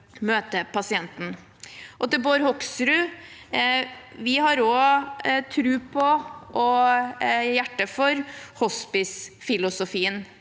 Til Bård Hoksrud: Vi har også tro på og hjerte for hospicefilosofien.